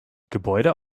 gebäude